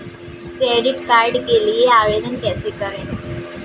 Credit card के लिए आवेदन कैसे करें?